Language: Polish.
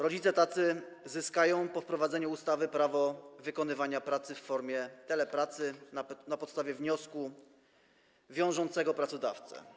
Rodzice tacy zyskają po wprowadzeniu ustawy prawo wykonywania pracy w formie telepracy na podstawie wniosku wiążącego pracodawcę.